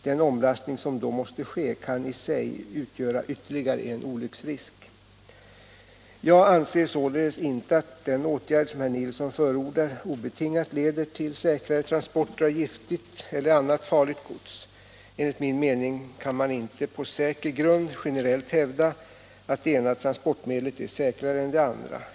Den omlastning som då måste ske kan i sig utgöra ytterligare en olycksrisk. Jag anser sålunda inte att den åtgärd som herr Nilsson förordar obetingat leder till säkrare transporter av giftigt eller annat farligt gods. Enligt min mening kan man inte på säker grund generellt hävda att det ena transportmedlet är säkrare än det andra.